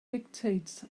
dictates